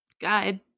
guide